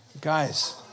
guys